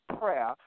prayer